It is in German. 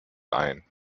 ein